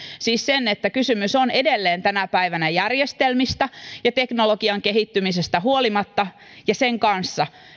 siis sen että kysymys on edelleen tänä päivänä järjestelmistä ja teknologian kehittymisestä huolimatta ja niiden kanssa